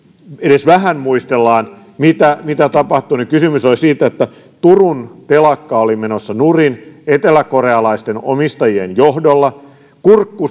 edes vähän muistellaan mitä mitä tapahtui niin kysymys on siitä että turun telakka oli menossa nurin eteläkorealaisten omistajien johdolla kurkku